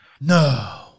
no